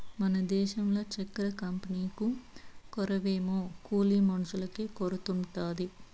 మన దేశంల చక్కెర కంపెనీకు కొరవేమో కూలి మనుషులకే కొరతుండాది